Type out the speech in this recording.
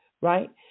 right